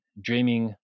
dreaming